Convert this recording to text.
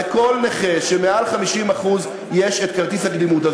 לכל נכה מעל 50% יש כרטיס קדימות,